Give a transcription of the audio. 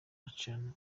acana